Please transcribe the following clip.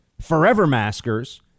forever-maskers